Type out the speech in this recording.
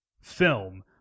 film